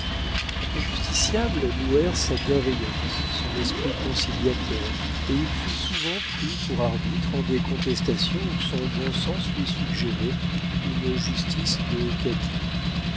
les justiciables louèrent sa bienveillance son esprit conciliateur et il fut souvent pris pour arbitre en des contestations où son bon sens lui suggérait une justice de cadi